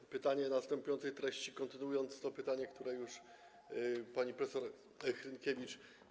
Mam pytanie następującej treści, kontynuujące to pytanie, które zadała już pani prof. Hrynkiewicz.